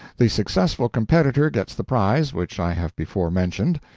the successful competitor gets the prize which i have before mentioned,